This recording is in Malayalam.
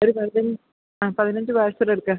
ഒരു ആ പതിനഞ്ച് പാർസൽ എടുക്കാൻ